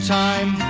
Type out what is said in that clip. time